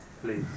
please